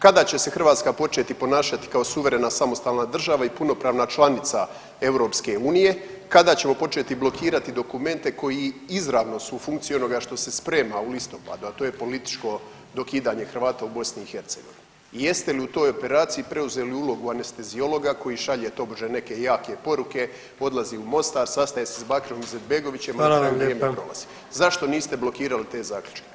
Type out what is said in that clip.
Kada će se Hrvatska početi ponašati kao suverena samostalna država i punopravna članica EU, kada ćemo početi blokirati dokumente koji izravno su u funkciji onoga što se sprema u listopadu, a to je političko dokidanje Hrvata i BiH i jeste li u toj operaciji preuzeli ulogu anesteziologa koji šalje tobože neke jake poruke, odlazi u Mostar, sastaje se s Bakirom Izetbegovićem i na kraju ... [[Upadica: Hvala vam lijepa.]] Zašto niste blokirali te zaključke?